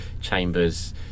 Chambers